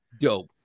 dope